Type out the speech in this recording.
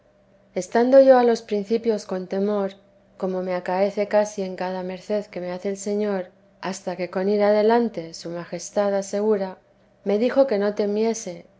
estando yo a los principios con temor como me acaece casi en cada merced que me hace el señor hasta que con ir adelante su majestad asegura me dijo que no temiese